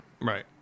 right